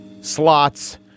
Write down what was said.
slots